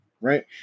Right